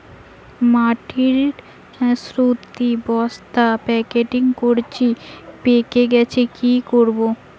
মটর শুটি বস্তা প্যাকেটিং করেছি পেকে যাচ্ছে কি করব?